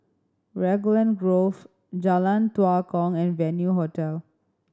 Raglan Grove Jalan Tua Kong and Venue Hotel